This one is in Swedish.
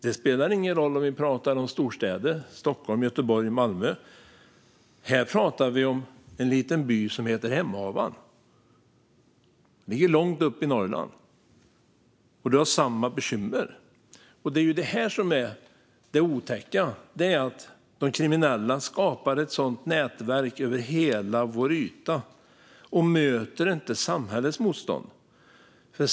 Det spelar ingen roll om vi pratar om storstäder - Stockholm, Göteborg och Malmö - eller, som här, om en liten by som heter Hemavan. Den ligger långt upp i Norrland, och där har man samma bekymmer. Det är det som är det otäcka. De kriminella skapar ett nätverk över hela vår yta och möter inte samhällets motstånd.